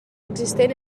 existent